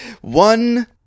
One